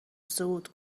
صعود